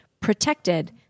protected